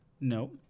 No